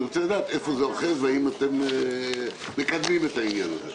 אני רוצה לדעת איפה זה אוחז והאם אתם מקדמים את העניין הזה.